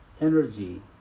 Energy